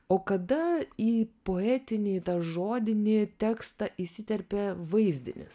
o kada į poetinį tą žodinį tekstą įsiterpė vaizdinis